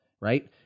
right